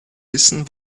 wissen